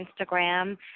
Instagram